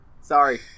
sorry